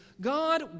God